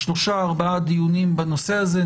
שלושה-ארבעה דיונים בנושא הזה.